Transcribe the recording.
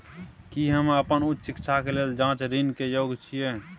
की हम अपन उच्च शिक्षा के लेल छात्र ऋण के योग्य छियै?